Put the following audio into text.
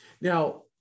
Now